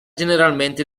generalmente